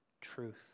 truth